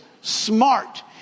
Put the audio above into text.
smart